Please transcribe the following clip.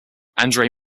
andrei